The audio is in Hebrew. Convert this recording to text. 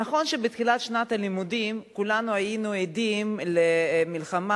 נכון שבתחילת שנת הלימודים כולנו היינו עדים למלחמה